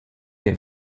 der